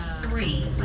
three